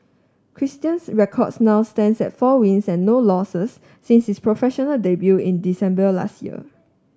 Christian's records now stands at four wins and no losses since his professional debut in December last year